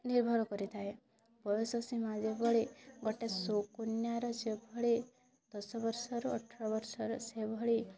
ନିର୍ଭର କରିଥାଏ ବୟସ ସୀମା ଯେପରି ଗୋଟେ ସୁକନ୍ୟାର ସେଭଳି ଦଶ ବର୍ଷ ରୁ ଅଠର ବର୍ଷ ର ସେଭଳି